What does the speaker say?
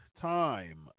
time